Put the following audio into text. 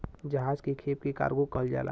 जहाज के खेप के कार्गो कहल जाला